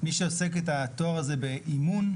מי שעושה את התואר באימון,